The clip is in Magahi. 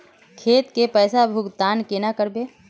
खेत के पैसा भुगतान केना करबे?